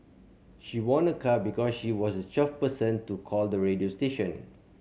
she won a car because she was twelfth person to call the radio station